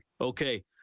Okay